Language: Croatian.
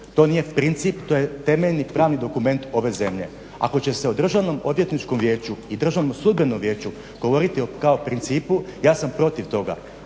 To nije princip, to je temeljni pravni dokument ove zemlje. Ako će se o Državnom odvjetničkom vijeću i Državnom sudbenom vijeću govoriti kao o principu, ja sam protiv toga.